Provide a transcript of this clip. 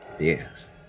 Yes